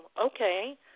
okay